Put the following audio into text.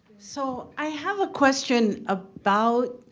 so i have a question about.